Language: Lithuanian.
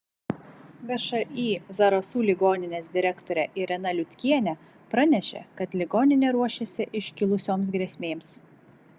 všį zarasų ligoninės direktorė irena liutkienė pranešė kad ligoninė ruošiasi iškilusioms grėsmėms